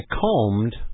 combed